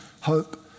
hope